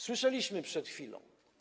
Słyszeliśmy to przed chwilą.